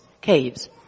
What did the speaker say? Caves